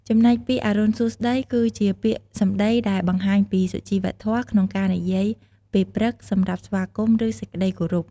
ចំណែកពាក្យ"អរុណសួស្តី"គឺជាពាក្យសម្ដីដែលបង្ហាញពី សុជីវធម៌ក្នងការនិយាយពេលព្រឹក សម្រាប់ស្វាគមន៍ ឬសេចក្តីគោរព។